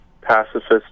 pacifist